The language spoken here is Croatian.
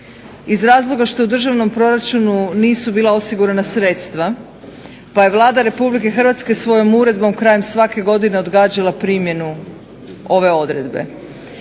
iz razloga što u državnom proračunu nisu bila osigurana sredstva pa je Vlada RH svojom uredbom krajem svake godine odgađala primjenu ove odredbe.